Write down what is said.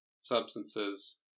substances